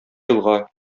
елга